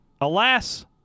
alas